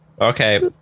Okay